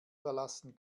verlassen